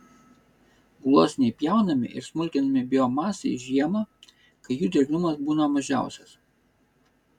gluosniai pjaunami ir smulkinami biomasei žiemą kai jų drėgnumas būna mažiausias